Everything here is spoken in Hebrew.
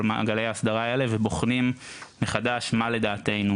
כל מעגלי ההסדרה האלה ובוחנים מחדש מה לדעתנו,